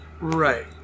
Right